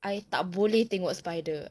I tak boleh tengok spider